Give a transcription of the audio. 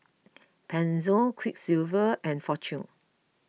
Pezzo Quiksilver and fortune